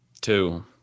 two